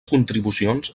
contribucions